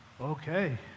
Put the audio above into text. Okay